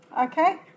Okay